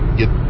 get